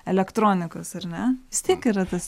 elektronikos ar ne vis tiek yra tas